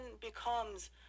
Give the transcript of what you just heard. becomes